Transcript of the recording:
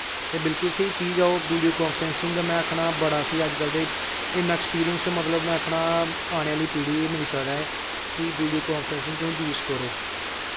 ते बड़ी स्हेई चीज़ ऐ ओह् वीडियो कांप्रैंसिंग ते में आक्खा ना ओह् इन्ना अक्सपिरिंस ऐ मतलव आनें आह्ली पीढ़ी गी मिली सकदा ऐ कि वीडियो कांप्रैंसिंग तुस यूज़ करो